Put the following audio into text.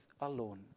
alone